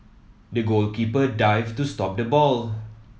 the goalkeeper dived to stop the ball